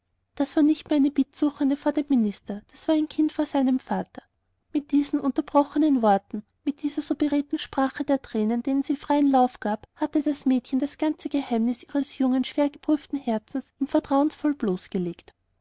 das war nicht mehr eine bittsuchende vor dem minister das war ein kind bei seinem vater mit diesen unterbrochenen worten mit dieser so beredten sprache der tränen denen sie freien lauf gab hatte das mädchen das ganze geheimnis ihres jungen schwergeprüften herzens ihm vertrauensvoll bloßgelegt